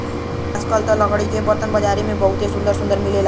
आजकल त लकड़ी के बरतन बाजारी में बहुते सुंदर सुंदर मिलेला